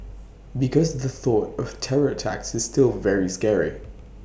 because the thought of terror attacks is still very scary